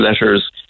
letters